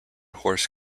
horse